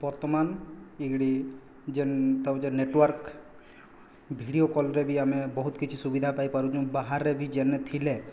ବର୍ତ୍ତମାନ ଇଗିଡ଼ି ଯେନ୍ ତା ଯେବେ ନେଟୱାର୍କ୍ ଭିଡ଼ିଓ କଲ୍ରେ ବି ଆମେ ବହୁତ କିଛି ସୁବିଧା ପାଇପାରୁନୁ ବାହାରେ ବି ଯେନେ ଥିଲେ